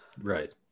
right